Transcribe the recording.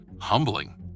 humbling